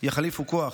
יחליפו כח".